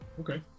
Okay